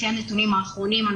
לפי הנתונים האחרונים,